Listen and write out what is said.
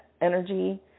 energy